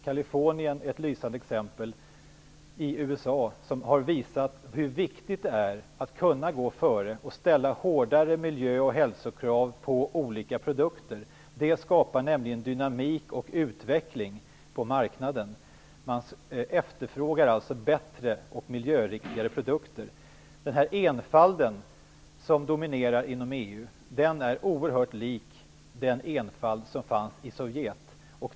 Kalifornien är att lysande exempel i USA på hur viktigt det är att kunna gå före och ställa hårdare miljö och hälsokrav på olika produkter. Det skapar nämligen dynamik och utveckling på marknaden. Man efterfrågar alltså bättre och miljöriktigare produkter. Den enfald som dominerar inom EU är oerhört lik den enfald som fanns i Sovjet.